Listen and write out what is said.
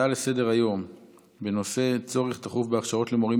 הצעות לסדר-היום בנושא: צורך דחוף בהכשרות למורים,